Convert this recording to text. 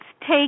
take